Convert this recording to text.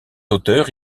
auteurs